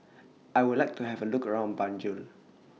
I Would like to Have A Look around Banjul